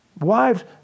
Wives